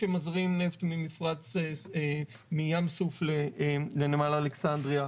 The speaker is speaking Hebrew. שמזרים נפט מים סוף לנמל אלכסנדריה,